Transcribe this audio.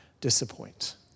disappoint